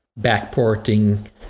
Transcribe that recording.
backporting